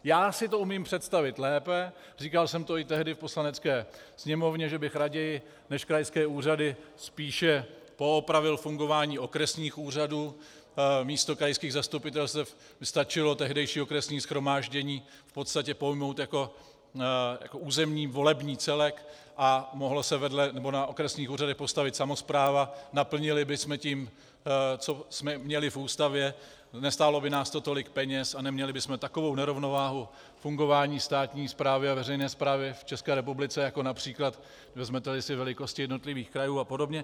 Já si to umím představit lépe, říkal jsem to i tehdy v Poslanecké sněmovně, že bych raději než krajské úřady spíše poopravil fungování okresních úřadů, místo krajských zastupitelstev by stačilo tehdejší okresní shromáždění v podstatě pojmout jako územní volební celek a mohla se na okresních úřadech postavit samospráva, naplnili bychom tím, co jsme měli v Ústavě, nestálo by nás to tolik peněz a neměli bychom takovou nerovnováhu fungování státní správy a veřejné správy v České republice, jako například vezmeteli si velikosti jednotlivých krajů a podobně.